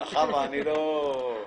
חשבתם שזה ירגש אותי?